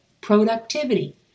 productivity